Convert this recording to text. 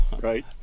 right